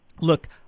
look